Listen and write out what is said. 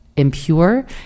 impure